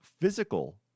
physical